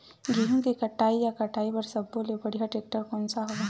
गेहूं के कटाई या कटाई बर सब्बो ले बढ़िया टेक्टर कोन सा हवय?